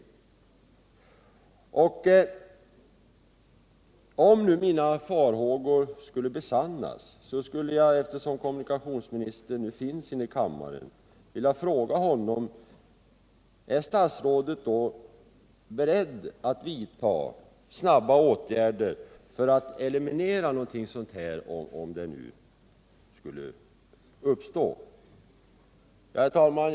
Eftersom kommunikationsministern nu finns i kammaren skulle jag vilja fråga honom: Om mina farhågor skulle besannas, är statsrådet då beredd att vidta snabba åtgärder för att eliminera de brister i samarbetet som kan uppstå? Herr talman!